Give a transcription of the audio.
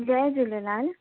Jay Jhulelal